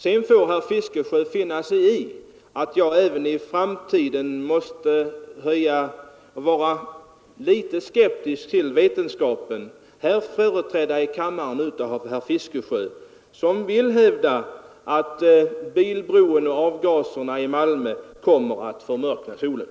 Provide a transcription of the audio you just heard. Sedan får herr Fiskesjö finna sig i att jag även i framtiden måste vara litet skeptisk mot vetenskapen, företrädd här i kammaren av herr Fiskesjö, som vill hävda att bilbroavgaserna i Malmö kommer att förmörka solen.